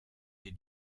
des